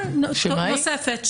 נוספת,